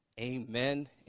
Amen